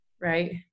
right